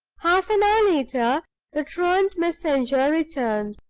half an hour later the truant messenger returned,